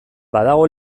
badago